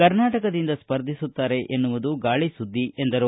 ಕರ್ನಾಟಕದಿಂದ ಸ್ಪರ್ಧಿಸುತ್ತಾರೆ ಎನ್ನುವುದು ಗಾಳಿ ಸುದ್ದಿ ಎಂದರು